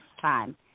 time